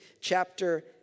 chapter